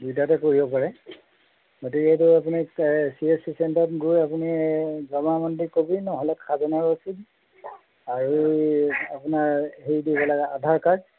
দুইটাতে কৰিব পাৰে গতিকে এইটো আপুনি এই চি এছ চি চেণ্টাৰত গৈ আপুনি জমাবন্দী কবি নহ'লে খাজনাৰ ৰচিদ আৰু আপোনাৰ হেৰি দিব লাগে আধাৰ কাৰ্ড